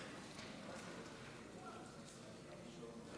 פה אחד.